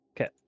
Okay